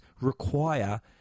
require